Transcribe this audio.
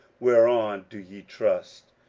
whereon do ye trust,